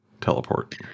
teleport